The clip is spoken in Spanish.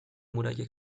muralla